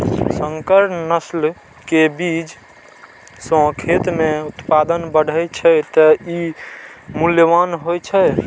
संकर नस्ल के बीज सं खेत मे उत्पादन बढ़ै छै, तें ई मूल्यवान होइ छै